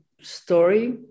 story